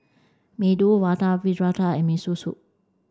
Medu Vada Fritada and Miso Soup